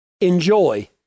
enjoy